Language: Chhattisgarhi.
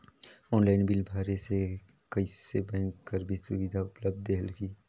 ऑनलाइन बिल भरे से कइसे बैंक कर भी सुविधा उपलब्ध रेहेल की?